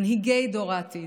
מנהיגי דור העתיד,